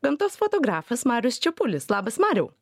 gamtos fotografas marius čepulis labas mariau